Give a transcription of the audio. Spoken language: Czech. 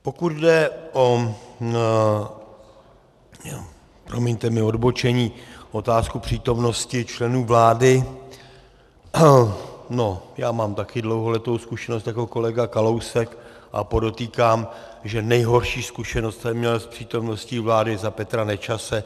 Pokud jde, promiňte mi odbočení, o otázku přítomnosti členů vlády, mám taky dlouholetou zkušenost jako kolega Kalousek a podotýkám, že nejhorší zkušenost jsem měl s přítomností vlády za Petra Nečase.